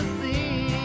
see